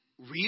real